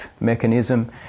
mechanism